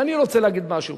אני רוצה להגיד משהו